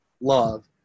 love